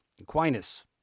Aquinas